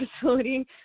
facility